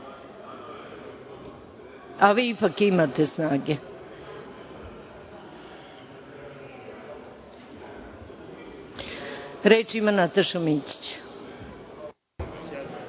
a vi ipak imate snage. Reč ima Nataša Mićić.